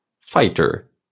fighter